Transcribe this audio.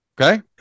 Okay